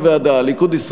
הרכב הוועדה: הליכוד,